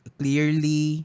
clearly